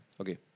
Okay